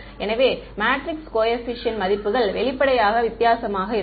எனவே matrix coefficient மதிப்புகள் வெளிப்படையாக வித்தியாசமாக இருக்கும்